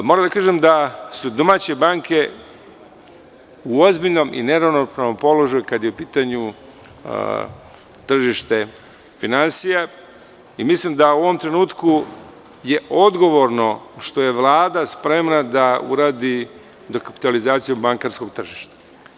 Moram da kažem da su domaće banke u ozbiljnom i neravnopravnom položaju kada je u pitanju tržište finansija i mislim da u ovom trenutku je odgovorno što je Vlada spremna da uradi dokapitalizaciju bankarskog tržišta.